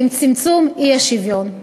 כי אם צמצום האי-שוויון.